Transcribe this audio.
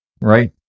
right